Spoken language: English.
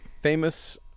famous